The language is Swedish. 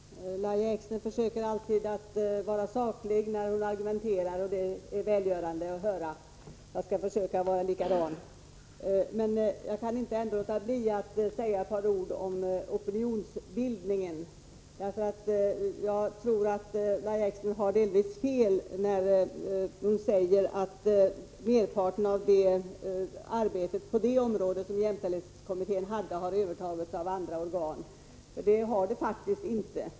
Herr talman! Lahja Exner försöker alltid att vara saklig när hon argumenterar. Det är välgörande att höra. Jag skall försöka att vara likadan. Jag kan ändå inte låta bli att säga några ord om opinionsbildningen, för jag tror att Lahja Exner delvis har fel när hon säger att merparten av det arbetet som jämställdhetskommittén hade på detta område nu övertagits av andra organ. Det har det faktiskt inte.